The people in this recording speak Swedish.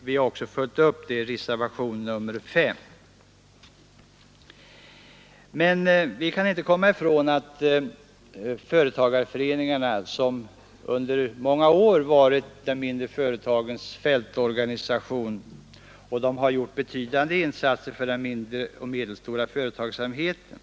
Vi har också följt upp detta förslag i reservationen 5. Företagarföreningarna har under många år varit de mindre företagens fältorganisation och har gjort betydande insatser för den mindre företagsamheten.